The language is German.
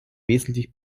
wesentlich